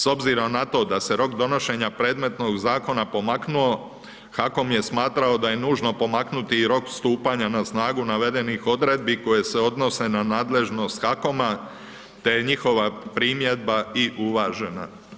S obzirom na to da se rok donošenja predmetnog zakona pomaknuo HAKOM je smatrao da je nužno pomaknuti i rok stupanja na snagu navedenih odredbi koje se odnose na nadležnost HAKOM-a te je njihova primjedba i uvažena.